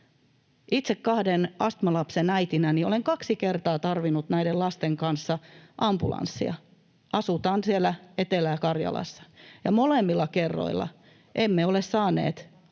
Itse kahden astmalapsen äitinä olen kaksi kertaa tarvinnut näiden lasten kanssa ambulanssia. Asumme siellä Etelä-Karjalassa ja molemmilla kerroilla emme ole saaneet ambulanssia